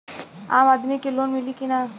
आम आदमी के लोन मिली कि ना?